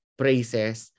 praises